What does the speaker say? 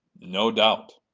no doubt.